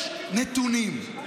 יש נתונים.